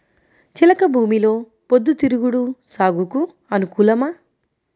చెలక భూమిలో పొద్దు తిరుగుడు సాగుకు అనుకూలమా?